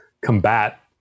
combat